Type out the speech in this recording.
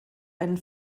einen